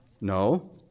No